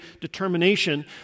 determination